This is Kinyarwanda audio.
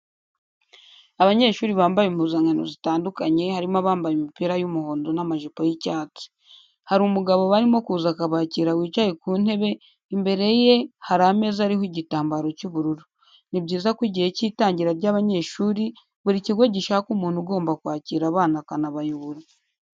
Abanyeshuri bamaye impuzankano zitandukanye harimo abambaye imipira y'umuhondo n'amajipo y'icyatsi. Hari umugabo barimo kuza akabakira wicaye kuntebe imbere ye hari ameza ariho igitamabro cy'ubururu. Ni byiza ko igihe cy'itangira ry'abnyeshuri buri kigo gishaka umuntu ugomba kwakira abana akanabayobora.